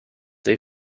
they